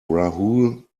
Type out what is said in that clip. rahul